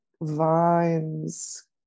vines